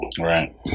Right